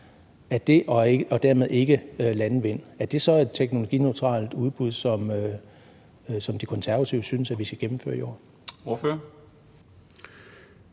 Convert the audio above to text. og dermed ikke landvind, er det så et teknologineutralt udbud, som De Konservative synes at vi skal gennemføre i år? Kl.